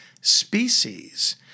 species